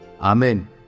Amen